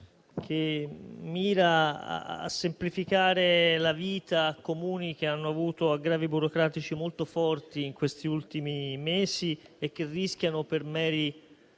che mira a semplificare la vita a Comuni che hanno avuto aggravi burocratici molto forti in questi ultimi mesi e che rischiano, per meri